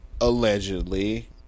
allegedly